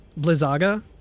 blizzaga